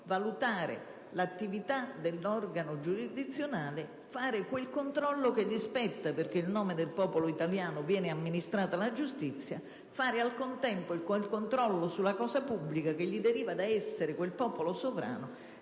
valutare l'attività dell'organo giurisdizionale, di fare quel controllo sulla giurisdizione che gli spetta, perché in nome del popolo italiano viene amministrata la giustizia, di fare nel contempo il controllo sulla cosa pubblica che gli deriva dall'essere quel popolo sovrano